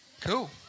Cool